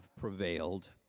prevailed